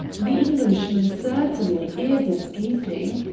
the englishman certainly is escaping.